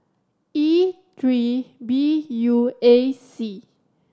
E three B U A C